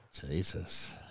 jesus